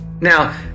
Now